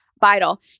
vital